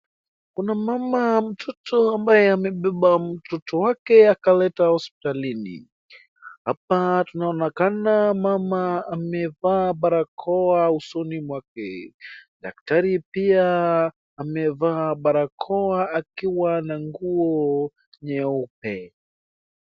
Kuna mama ambaye amebeba mtoto wake akamleta hospitalini, hapa tunaona mama amevaa barakoa usoni mwake. Daktari pia amevaaa barakoa akiwa na nguo nyeupe.